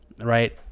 right